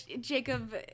jacob